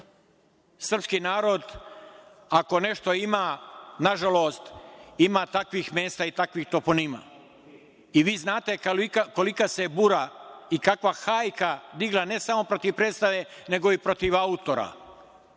Srpski narod, ako nešto ima, nažalost, ima takvih mesta i takvih toponima. Vi znate kolika se bura i kakva hajka digla, ne samo protiv predstave, nego i protiv autora.